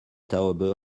taube